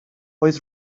oedd